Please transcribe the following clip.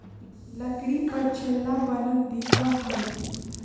लकड़ी पर छल्ला बनल दिखा हई